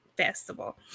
Festival